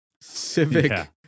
civic